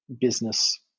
business